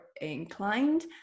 inclined